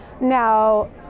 Now